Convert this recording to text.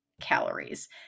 calories